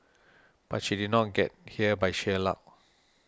but she did not get here by sheer luck